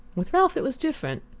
with ralph it was different.